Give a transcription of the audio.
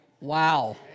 Wow